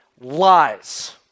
Lies